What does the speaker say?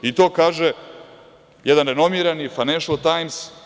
I to kaže jedan renomirani „Fajnenšl tajms“